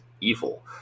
evil